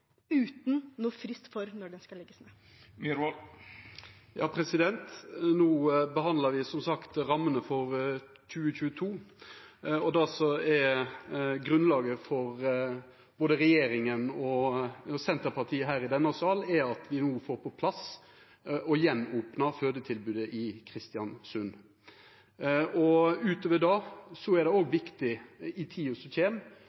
No behandlar me som sagt rammene for 2022. Det som er grunnlaget både for regjeringa og for Senterpartiet her i denne sal, er at me no får på plass og gjenopnar fødetilbodet i Kristiansund. Utover det er det òg viktig i tida som kjem